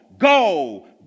Go